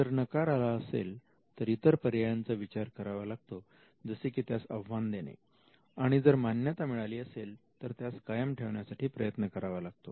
जर नकार आला असेल तर इतर पर्यायांचा विचार करावा लागतो जसे की त्यास आव्हान देणे आणि जर मान्यता मिळाली असेल तर त्यास कायम ठेवण्यासाठी प्रयत्न करावा लागतो